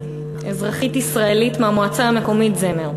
אזרחית ישראלית מהמועצה המקומית זמר,